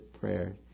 prayer